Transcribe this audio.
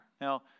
Now